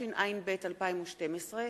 התשע"ב 2012,